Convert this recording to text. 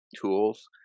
tools